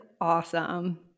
awesome